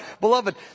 Beloved